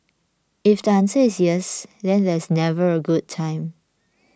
if the answer is yes then there's never a good time